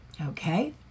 Okay